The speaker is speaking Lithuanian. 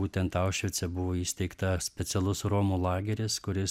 būtent aušvice buvo įsteigta specialus romų lageris kuris